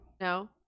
No